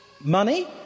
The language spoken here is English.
money